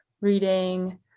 reading